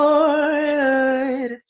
Lord